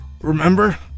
Remember